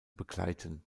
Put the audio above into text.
begleiten